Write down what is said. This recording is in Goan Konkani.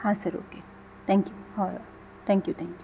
हा सर ओके थँक्यू हय हय थँक्यू थँक्यू